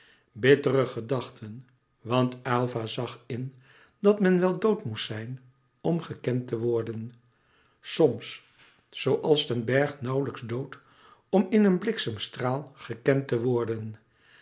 bittere gedachten want aylva zag in dat men wel dood moest zijn om gekend te worden soms zooals den bergh nauwlijks dood om in een bliksemstraal gekend te worden